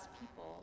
people